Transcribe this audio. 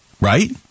right